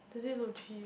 does it look cheap